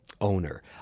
owner